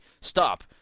stop